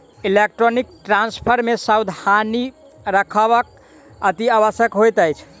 electronic transfer मे सावधानी राखब अतिआवश्यक होइत अछि